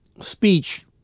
speech